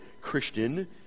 Christian